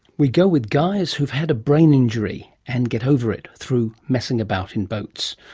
we go with guys who've had a brain injury and get over it through messing about in boats.